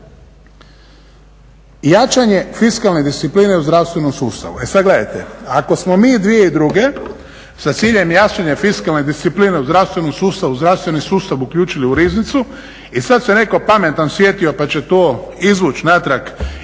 Jačanje fiskalne discipline u zdravstvenom sustavu, e sad gledajte, ako smo mi 2002. sa ciljem jačanja fiskalne discipline u zdravstvenom sustavu zdravstveni sustav uključili u riznicu i sad se netko pametan sjetio pa će to izvući natrag iz